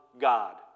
God